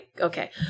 Okay